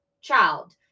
child